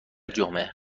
جامعه